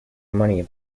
money